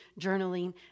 journaling